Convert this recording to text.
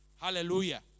Hallelujah